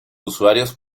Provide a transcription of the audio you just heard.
usuarios